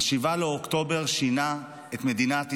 7 באוקטובר שינה את מדינת ישראל.